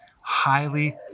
highly